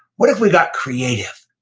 what if we got creative?